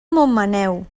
montmaneu